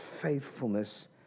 faithfulness